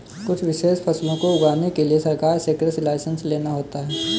कुछ विशेष फसलों को उगाने के लिए सरकार से कृषि लाइसेंस लेना होता है